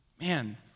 man